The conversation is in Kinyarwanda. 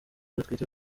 batwite